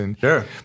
Sure